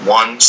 one